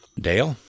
Dale